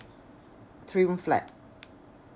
three room flat